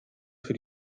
für